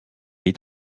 est